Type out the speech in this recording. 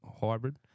hybrid